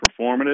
performative